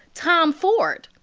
tom ford